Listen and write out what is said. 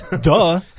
Duh